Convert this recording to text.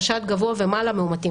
חשד גבוה ומעלה מאומתים.